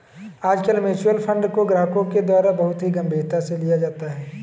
आजकल mutual fund को ग्राहकों के द्वारा बहुत ही गम्भीरता से लिया जाता है